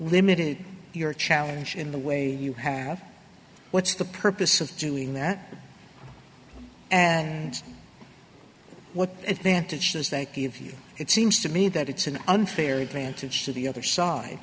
limited your challenge in the way you have what's the purpose of doing that and what advantage does that give you it seems to me that it's an unfair advantage to the other side